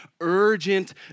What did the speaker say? urgent